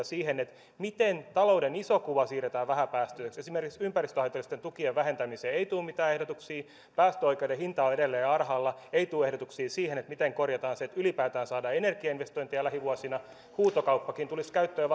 siihen miten talouden iso kuva siirretään vähäpäästöiseksi esimerkiksi ympäristölle haitallisten tukien vähentämiseen ei tule mitään ehdotuksia päästöoikeuden hinta on edelleen alhaalla ei tule ehdotuksia miten korjataan se että ylipäätään saadaan energiainvestointeja lähivuosina huutokauppakin tulisi käyttöön